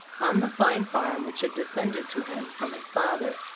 on the fine farm which had descended to him from his father,